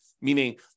meaning